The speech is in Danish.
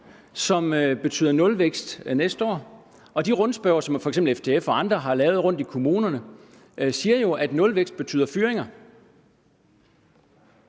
den betyder nulvækst næste år. Og de rundspørger, som f.eks. FTF og andre har lavet rundt i kommunerne, siger jo, at nulvækst betyder fyringer.